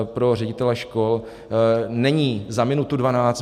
Pro ředitele škol není za minutu dvanáct.